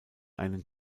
einen